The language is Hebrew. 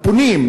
הפונים,